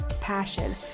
passion